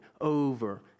over